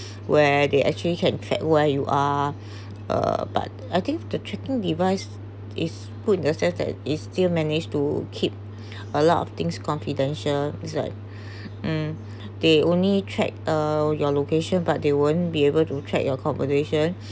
where they actually can track where you are uh but I think the tracking device is put in the sense that is still managed to keep a lot of things confidential is like mm they only track or your location but they won't be able to track your conversation